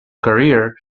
career